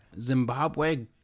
Zimbabwe